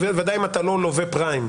ודאי אם אתה לא לווה פריים,